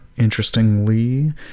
Interestingly